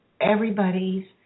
everybody's